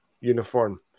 uniform